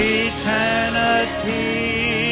eternity